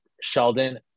Sheldon